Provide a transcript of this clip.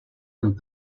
amb